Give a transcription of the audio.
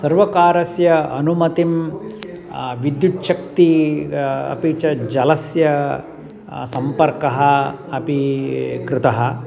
सर्वकारस्य अनुमतिं विद्युच्छक्तिः अपि च जलस्य सम्पर्कः अपि कृतः